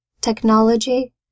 technology